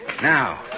Now